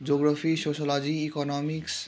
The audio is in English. geography sociology economics